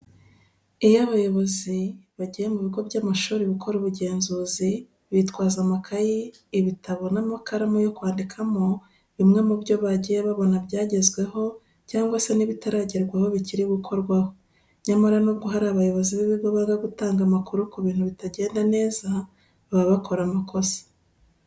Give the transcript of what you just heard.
Iyo abayobozi bagiye mu bigo by'amashuri gukora ubugenzuzi bitwaza amakayi, ibitabo n'amakaramu yo kwandika bimwe mu byo bagiye babona byagezweho cyangwa se n'ibitaragerwaho bikiri gukorwaho. Nyamara nubwo hari abayobozi b'ibigo banga gutanga amakuru ku bintu bitagenda neza, baba bakora amakosa.